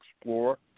explore